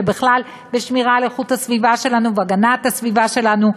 ובכלל בשמירה על איכות הסביבה שלנו והגנת הסביבה שלנו,